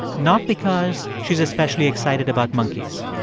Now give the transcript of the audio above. not because she's especially excited about monkeys.